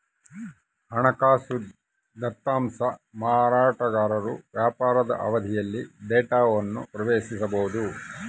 ಹಣಕಾಸು ದತ್ತಾಂಶ ಮಾರಾಟಗಾರರು ವ್ಯಾಪಾರದ ಅವಧಿಯಲ್ಲಿ ಡೇಟಾವನ್ನು ಪ್ರವೇಶಿಸಬೊದು